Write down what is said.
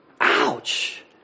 Ouch